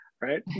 right